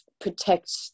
protect